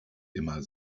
immer